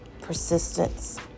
persistence